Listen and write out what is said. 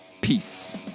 peace